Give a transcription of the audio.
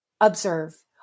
observe